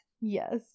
Yes